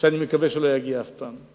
שאני מקווה שלא יגיע אף פעם.